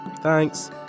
thanks